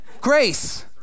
Grace